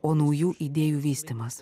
o naujų idėjų vystymas